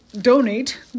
donate